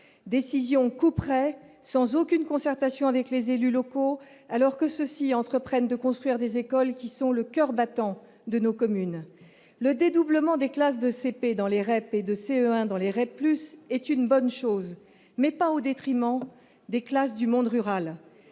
décision couperet sans aucune concertation avec les élus locaux, alors que ceux-ci entreprennent de construire des écoles qui sont le coeur battant de nos communes, le dédoublement des classes de CP dans les REP et de CE1 dans les raids plus est une bonne chose, mais pas au détriment des classes du monde rural,